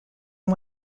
and